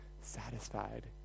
satisfied